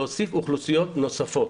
להוסיף אוכלוסיות נוספות.